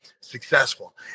successful